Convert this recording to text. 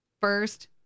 first